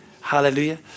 Hallelujah